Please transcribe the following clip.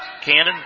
Cannon